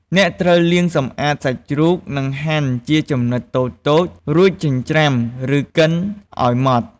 អ្នកត្រូវលាងសម្អាតសាច់ជ្រូក និងហាន់ជាចំណិតតូចៗ រួចចិញ្ច្រាំ ឬកិនឱ្យម៉ដ្ឋ។